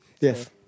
Yes